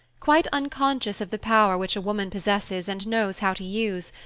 quite unconscious of the power which a woman possesses and knows how to use,